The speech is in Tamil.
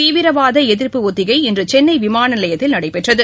தீவிரவாத எதிர்ப்பு ஒத்திகை இன்று சென்னை விமான நிலையத்தில் நடைபெற்றது